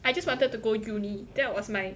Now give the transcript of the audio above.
I just wanted to go uni that was my